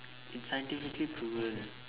it's scientifically proven